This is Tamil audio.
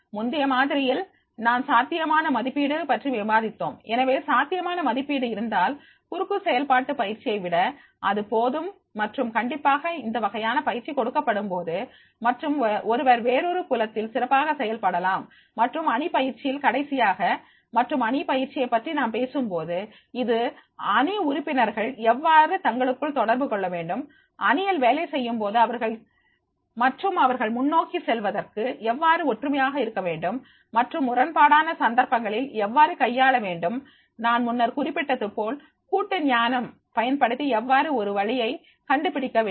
முந்தைய மாதிரியில் நாம் சாத்தியமான மதிப்பீடு பற்றி விவாதிப்போம் எனவே சாத்தியமான மதிப்பீடு இருந்தால் குறுக்கு செயல்பாட்டு பயிற்சியை விட அது போதும் மற்றும் கண்டிப்பாக இந்த வகையான பயிற்சி கொடுக்கப்படும் போது மற்றும் ஒருவர் வேறொரு புலத்தில் சிறப்பாக செயல்படலாம் மற்றும் அணி பயிற்சியில் கடைசியாக மற்றும் அணி பயிற்சியை பற்றி நாம் பேசும்போது இது அணி உறுப்பினர்கள் எவ்வாறு தங்களுக்குள் தொடர்பு கொள்ள வேண்டும் அணியில் வேலை செய்யும்போது மற்றும் அவர்கள் முன்னோக்கிச் செல்வதற்கு எவ்வாறு ஒற்றுமையாக இருக்க வேண்டும் மற்றும் முரண்பாடான சந்தர்ப்பங்களில் எவ்வாறு கையாள வேண்டும் நான் முன்னர் குறிப்பிட்டது போல் கூட்டு ஞானம் பயன்படுத்தி எவ்வாறு ஒரு வழியை கண்டுபிடிக்க வேண்டும்